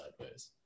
sideways